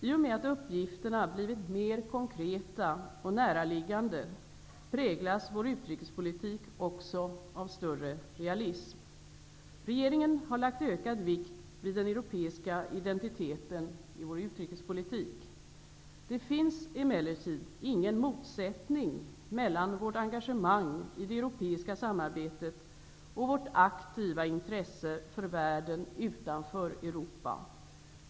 I och med att uppgifterna blivit mer konkreta och näraliggande präglas vår utrikespolitik också av större realism. Regeringen har lagt ökad vikt vid den europeiska identiteten i vår utrikespolitik. Det finns emellertid ingen motsättning mellan vårt engagemang i det europeiska samarbetet och vårt aktiva intresse för världen utanför Europa.